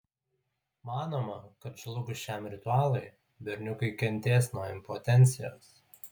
manoma kad žlugus šiam ritualui berniukai kentės nuo impotencijos